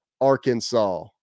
Arkansas